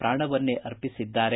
ಪ್ರಾಣವನ್ನೇ ಅರ್ಪಿಸಿದ್ದಾರೆ